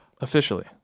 officially